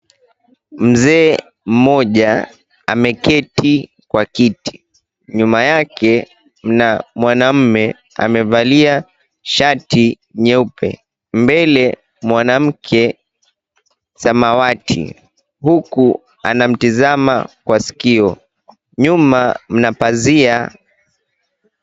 Mzee mmoja ameketi kwa kiti. Nyuma yake mwanaume amevalia shati nyeupe. Mbele mwanamke samawati, huku anamtizama kwa sikio. Nyuma mna pazia.